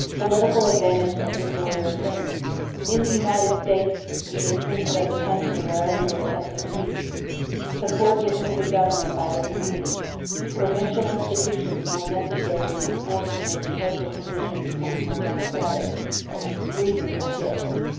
political advantages of this order of things in the united states the interests of the country are everywhere kept in view support given to the government by the community provincial institutions more necessary in proportion as the social condition becomes more democratic reason of this.